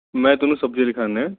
ਮੈਂ ਤੁਹਾਨੂੰ ਸਬਜ਼ੀਆਂ ਲਿਖਾਉਂਦਾ